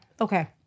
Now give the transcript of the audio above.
Okay